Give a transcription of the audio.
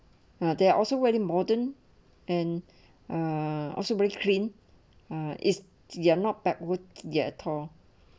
are there also very modern and uh also very clean or is there not backward ya at all